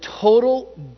total